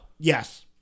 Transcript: Yes